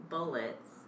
Bullets